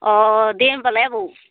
अ दे होमबालाय आबौ